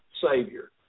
Savior